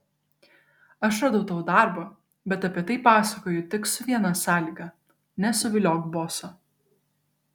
aš radau tau darbą bet apie tai pasakoju tik su viena sąlyga nesuviliok boso